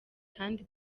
kandi